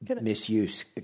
misuse